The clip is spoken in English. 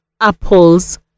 apples